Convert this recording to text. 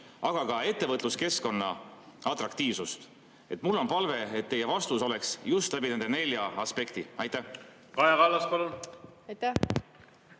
aga ka ettevõtluskeskkonna atraktiivsust. Mul on palve, et teie vastus oleks just läbi nende nelja aspekti. Kaja